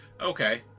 Okay